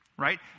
right